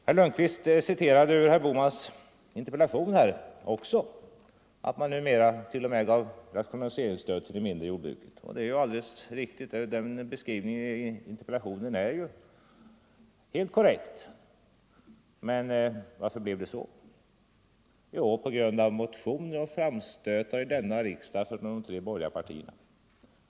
Herr Lundkvist citerade ur herr Bohmans interpellation att man numera också gav rationaliseringsstöd till de mindre jordbruken. Det är alldeles riktigt; den beskrivningen i interpellationen är helt korrekt. Men varför blev det så? Jo, på grund av motioner och framstötar i denna riksdag från de tre borgerliga partierna.